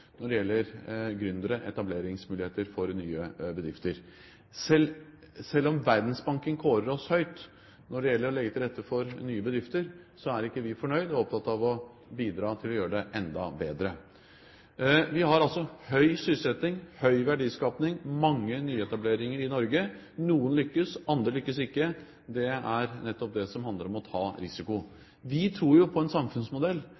når det gjelder gründere og etableringsmuligheter for nye bedrifter. Selv om Verdensbanken gir oss en høy score når det gjelder å legge til rette for nye bedrifter, er vi ikke fornøyde. Vi er opptatt av å bidra til å gjøre det enda bedre. Vi har altså høy sysselsetting, høy verdiskaping og mange nyetableringer i Norge. Noen lykkes, andre lykkes ikke – det er nettopp det som handler om å ta risiko. Vi tror på en samfunnsmodell